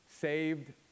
saved